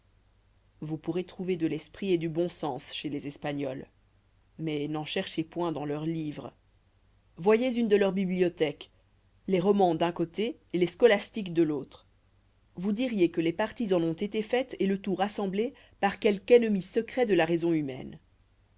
vous pourrez trouver de l'esprit et du bon sens chez les espagnols mais n'en cherchez point dans leurs livres voyez une de leurs bibliothèques les romans d'un côté et les scolastiques de l'autre vous diriez que les parties en ont été faites et le tout rassemblé par quelque ennemi secret de la raison humaine